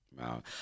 Wow